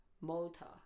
Motor